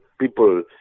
people